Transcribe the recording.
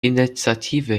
initiative